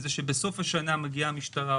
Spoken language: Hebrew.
וזה שבסוף השנה מגיעה המשטרה,